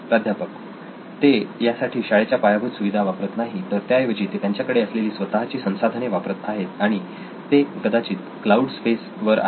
प्राध्यापक ते यासाठी शाळेच्या पायाभूत सुविधा वापरत नाही तर त्याऐवजी ते त्यांच्याकडे असलेली स्वतःची संसाधने वापरत आहेत आणि ते कदाचित क्लाऊड स्पेस वर आहे